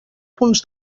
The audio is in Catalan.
punts